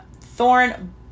thorn